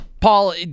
Paul